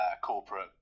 corporate